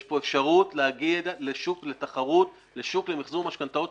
יש פה אפשרות להגיע לתחרות בשוק למחזור משכנתאות,